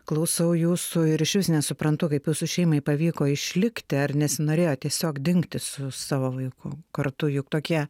klausau jūsų ir išvis nesuprantu kaip jūsų šeimai pavyko išlikti ar nesinorėjo tiesiog dingti su savo vaiku kartu juk tokie